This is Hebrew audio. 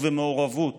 ובמעורבות